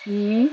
mm